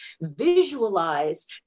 visualize